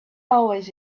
always